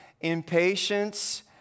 impatience